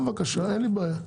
בבקשה, אין לי בעיה.